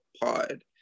Pod